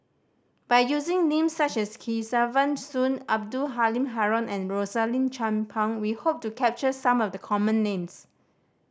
by using names such as Kesavan Soon Abdul Halim Haron and Rosaline Chan Pang we hope to capture some of the common names